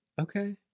Okay